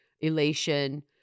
elation